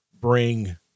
bring